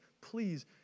please